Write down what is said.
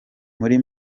muri